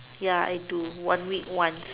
ya I do one week once